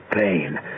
pain